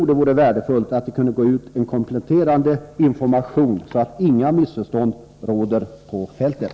Det vore värdefullt med en kompletterande information så att inga missförstånd råder på fältet.